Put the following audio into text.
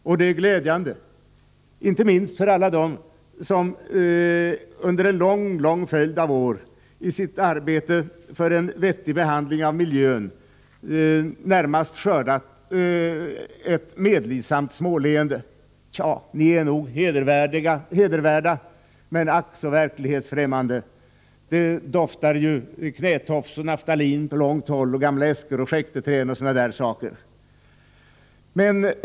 Och det är glädjande, inte minst för alla dem som under en lång följd av år i sitt arbete för en vettigare behandling av miljön mest har skördat ett medlidsamt småleende: Tja, ni är nog hedervärda men ack så verklighetsfrämmande. Det doftar knätofs och naftalin samt gamla skäkteträn på långt håll.